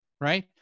right